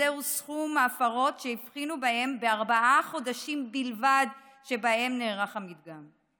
זהו סכום הפרות שהבחינו בהן בארבעה חודשים בלבד שבהם נערך המדגם.